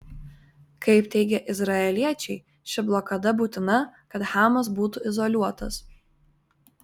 kaip teigia izraeliečiai ši blokada būtina kad hamas būtų izoliuotas